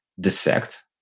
dissect